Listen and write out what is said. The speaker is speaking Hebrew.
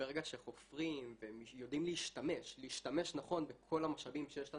וברגע שחופרים ויודעים להשתמש נכון בכל המשאבים שיש לנו,